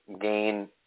gain